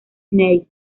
snake